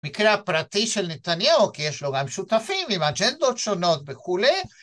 המקרה הפרטי של נתניהו, כי יש לו גם שותפים עם אג'נדות שונות וכו'...